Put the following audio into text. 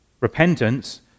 Repentance